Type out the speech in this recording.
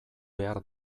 behar